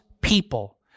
people